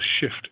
shift